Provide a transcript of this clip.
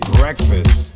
breakfast